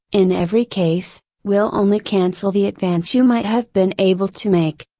in every case, will only cancel the advance you might have been able to make.